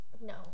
no